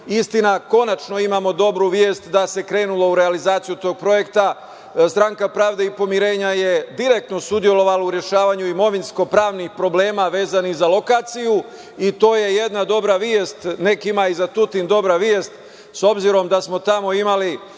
sistem. Istina, konačno imamo dobru vest da se krenulo u realizaciju tog projekta. Stranka pravde i pomirenja je direktno sudelovala u rešavanju imovinsko-pravnih problema vezanih za lokaciju. To je jedna dobra vest. Nekima je i za Tutin dobra vest, s obzirom da smo tamo imali